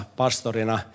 pastorina